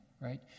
right